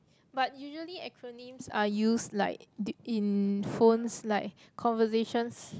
but usually acronyms are used like in phones like conversations